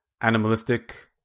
animalistic